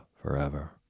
forever